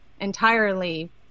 entirely